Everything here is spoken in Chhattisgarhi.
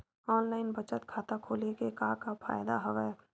ऑनलाइन बचत खाता खोले के का का फ़ायदा हवय